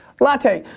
latte.